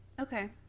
okay